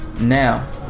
Now